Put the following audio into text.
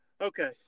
Okay